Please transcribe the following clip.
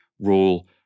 rule